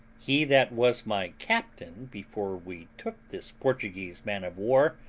he that was my captain before we took this portuguese man-of-war,